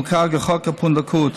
המוכר כ"חוק הפונדקאות".